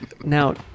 Now